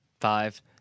Five